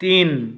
তিন